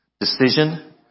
decision